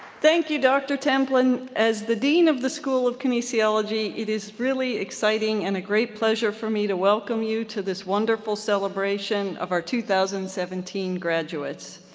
thank you dr. templin. as the dean of the school of kinesiology, it is really exciting and a great pleasure for me to welcome you to this wonderful celebration of our two thousand and seventeen graduates.